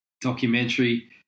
documentary